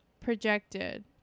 projected